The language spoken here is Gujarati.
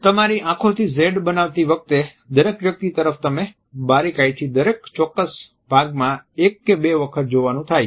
તમારી આંખોથી Z બનાવતી વખતે દરેક વ્યક્તિ તરફ તમે બારીકાઈથી દરેક ચોક્કસ ભાગમાં એક કે બે વખત જોવાનું થાય છે